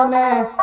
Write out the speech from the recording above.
a a